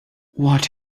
what